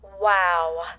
Wow